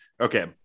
okay